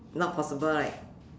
not possible right